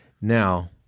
Now